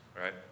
right